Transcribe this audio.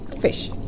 Fish